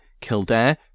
Kildare